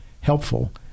helpful